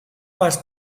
pas